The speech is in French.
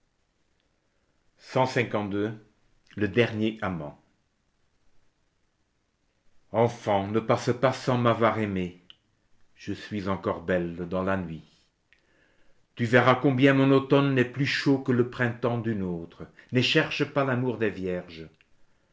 le dernier amant enfant ne passe pas sans m'avoir aimée je suis encore belle dans la nuit tu verras combien mon automne est plus chaud que le printemps d'une autre ne cherche pas l'amour des vierges